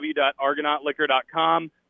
www.argonautliquor.com